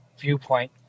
viewpoint